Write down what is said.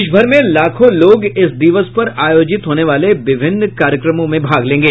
देशभर में लाखों लोग इस दिवस पर आयोजित होने वाले विभिन्न कार्यक्रमों में भाग लेंगे